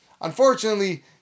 Unfortunately